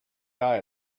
guy